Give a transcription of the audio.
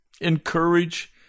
Encourage